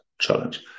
challenge